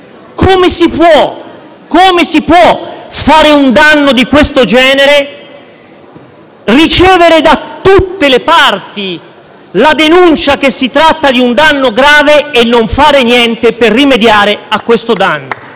Come si può fare un danno di questo genere? Ricevere da tutte le parti la denuncia che si tratta di un danno grave e non fare niente per rimediare a questo danno?